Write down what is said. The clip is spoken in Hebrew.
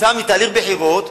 כתוצאה מתהליך בחירות,